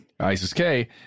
ISIS-K